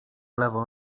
lewą